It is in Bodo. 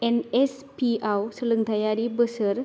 एन एस पि आव सोलोंथाइ आरि बोसोर